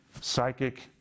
psychic